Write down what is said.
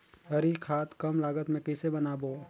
हरी खाद कम लागत मे कइसे बनाबो?